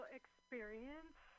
experience